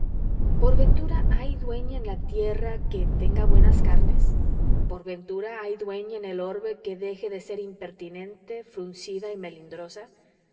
por ventura hay dueña en la tierra que tenga buenas carnes por ventura hay dueña en el orbe que deje de ser impertinente fruncida y melindrosa